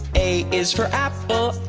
a is for apple.